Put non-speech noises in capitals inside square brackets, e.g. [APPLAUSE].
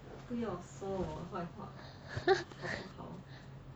[LAUGHS]